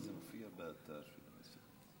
זה מופיע באתר של המשרד.